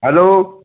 hello